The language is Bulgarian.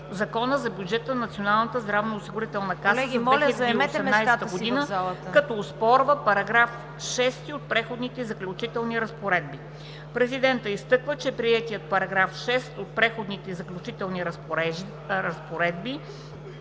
Закона за бюджета на Националната здравноосигурителна каса за 2018 г., като оспорва § 6 от Преходните и заключителните разпоредби. Президентът изтъква, че приетият § 6 от Преходните и заключителните разпоредби